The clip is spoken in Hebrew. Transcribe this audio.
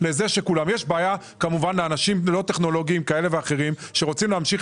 יש בעיה כי אנשים כמובן לא טכנולוגים ורוצים להמשיך